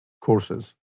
courses